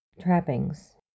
trappings